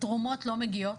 תרומות לא מגיעות,